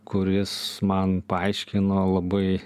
kuris man paaiškino labai